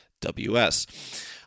WS